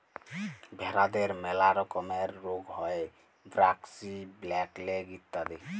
ভেরাদের ম্যালা রকমের রুগ হ্যয় ব্র্যাক্সি, ব্ল্যাক লেগ ইত্যাদি